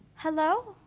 hello?